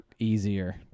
Easier